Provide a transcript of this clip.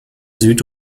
süd